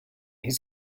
his